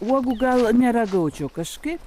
uogų gal neragaučiau kažkaip